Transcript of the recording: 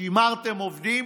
שימרתם עובדים,